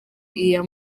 iya